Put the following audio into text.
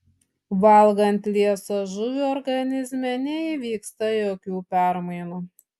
valgant liesą žuvį organizme neįvyksta jokių permainų